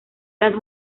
las